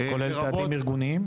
כולל צעדים ארגוניים?